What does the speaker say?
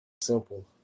simple